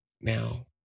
now